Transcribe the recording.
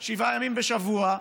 שבעה ימים בשבוע,